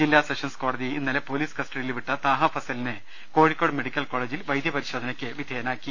ജില്ലാ സെഷൻസ് കോടതി ഇന്നലെ പോലീസ് കസ്റ്റഡിയിൽ വിട്ട താഹ ഫസലിനെ കോഴിക്കോട് മെഡിക്കൽ കോളെജിൽ വൈദ്യപരിശോധനക്ക് വിധേയനാക്കി